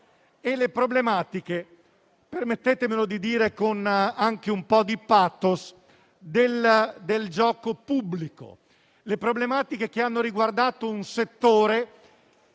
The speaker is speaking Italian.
e le problematiche - permettetemelo di dire anche con un po' di *pathos* - del gioco pubblico. Tali problematiche hanno riguardato un settore